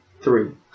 Three